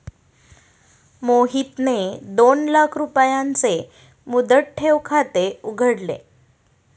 मोहितने दोन लाख रुपयांचे मुदत ठेव खाते उघडले